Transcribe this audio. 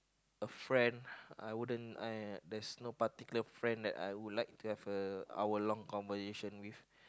a friend I wouldn't uh there's no particular friend that I would like to have a hour long conversation with